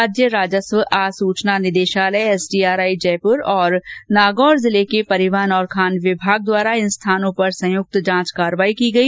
राज्य राजस्व आसूचना निदेशालय एसडीआरआई जयपुर और नागौर जिले के परिवहन और खान विभाग द्वारा इन स्थानों पर संयुक्त कार्रवाई की गई